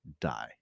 die